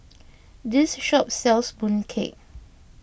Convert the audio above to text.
this shop sells Mooncake